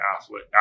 athlete